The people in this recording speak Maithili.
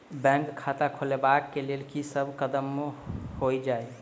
बैंक खाता खोलबाबै केँ लेल की सब कदम होइ हय?